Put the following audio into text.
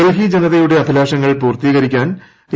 ഡൽഹി ജനതയുടെ അഭിലാഷങ്ങൾ പൂർത്തീകരിക്കാൻ എ